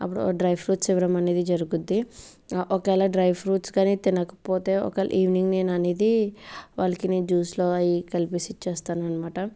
అప్పుడు dry fruits ఇవ్వడం అనేది జరుగుతుంది ఒకవేళ డ్రై ఫ్రూట్స్ కానీ తినకపోతే ఒకవేళ ఈవినింగ్ నేను అనేది వాళ్ళకి నేను జ్యూస్లో అవి కలిపేసి ఇచ్చేస్తాను అన్నమాట